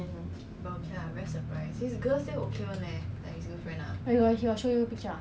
oh how old though eh !wah! it russell is twenty three is it